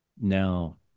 now